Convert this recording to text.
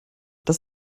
dass